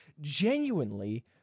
genuinely